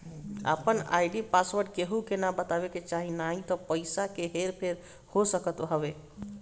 आपन ID password केहू के ना बतावे के चाही नाही त पईसा के हर फेर हो सकत हवे